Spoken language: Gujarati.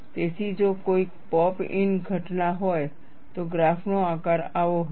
તેથી જો કોઈ પોપ ઈન ઘટના હોય તો ગ્રાફનો આકાર આવો હશે